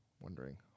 wondering